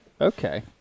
okay